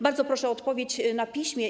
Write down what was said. Bardzo proszę o odpowiedź na piśmie.